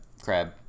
Crab